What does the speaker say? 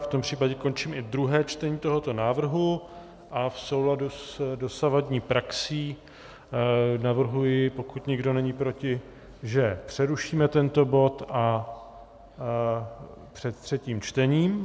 V tom případě končím i druhé čtení tohoto návrhu a v souladu s dosavadní praxí navrhuji, pokud nikdo není proti, že přerušíme tento bod před třetím čtením.